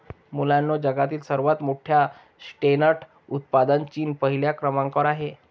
मुलांनो जगातील सर्वात मोठ्या चेस्टनट उत्पादनात चीन पहिल्या क्रमांकावर आहे